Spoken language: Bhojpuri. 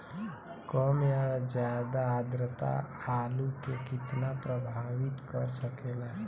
कम या ज्यादा आद्रता आलू के कितना प्रभावित कर सकेला?